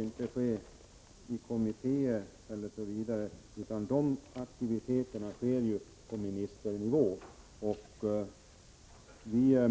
Men det arbetet skall inte bedrivas av några kommittéer utan på ministernivå. Vi